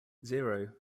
zero